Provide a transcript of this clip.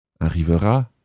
Arrivera